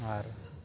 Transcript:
ᱟᱨ